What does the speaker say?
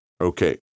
Okay